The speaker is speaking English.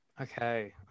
Okay